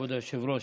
כבוד היושב-ראש,